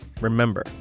Remember